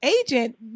agent